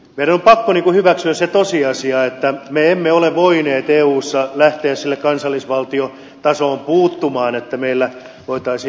meidän on pakko hyväksyä se tosiasia että me emme ole voineet eussa lähteä sille kansallisvaltiotasolle puuttumaan että meillä voitaisiin